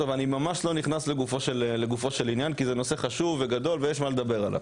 ואני ממש לא נכנס לגופו של עניין כי זה נושא חשוב וגדול ויש מה לדבר עליו.